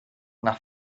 nach